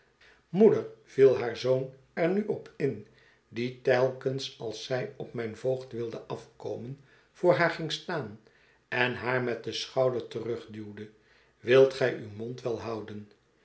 moeder viel haar zoon er nu op in die telkens als zij op mijn voogd wilde afkomen voor haar ging staan en haar met den schouder terugduwde wilt gij uw mond wel houden